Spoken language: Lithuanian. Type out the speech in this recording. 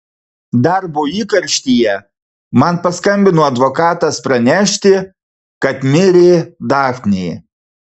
darbo įkarštyje man paskambino advokatas pranešti kad mirė dafnė